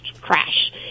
crash